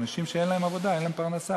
אנשים שאין להם עבודה, אין להם פרנסה.